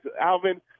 Alvin